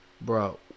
bro